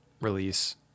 release